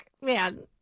Man